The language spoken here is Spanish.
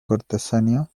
cortesanía